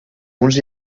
uns